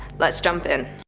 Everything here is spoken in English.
let's jump in.